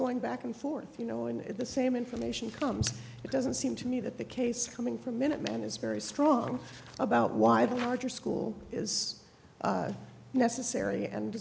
going back and forth you know in the same information comes it doesn't seem to me that the case coming from minutemen is very strong about why the our school is necessary and